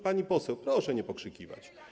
Pani poseł, proszę nie pokrzykiwać.